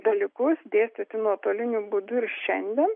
dalykus dėstyti nuotoliniu būdu ir šiandien